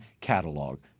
catalog